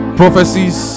prophecies